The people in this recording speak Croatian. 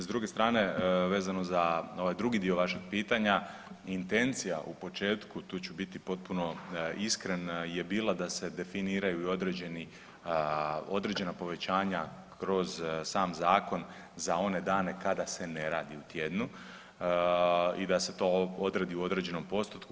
S druge strane vezano za ovaj drugi dio vašeg pitanja intencija u početku tu ću biti potpuno iskren je bila da se definiraju i određeni, određena povećanja kroz sam zakon za one dane kada se ne radi u tjednu i da se to odredi u određenom postotku.